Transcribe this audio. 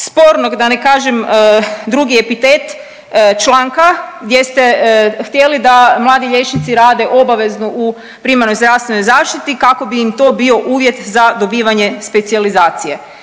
spornog, da ne kažem drugi epitet, članka gdje ste htjeli da mladi liječnici rade obavezno u primarnoj zdravstvenoj zaštiti kako bi im to bio uvjet za dobivanje specijalizacije,